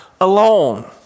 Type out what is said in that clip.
alone